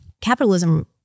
capitalism